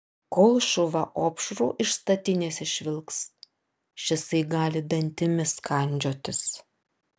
kol šuva opšrų iš statinės išvilks šisai gali dantimis kandžiotis